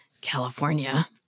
California